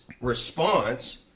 response